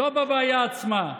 לא בבעיה עצמה",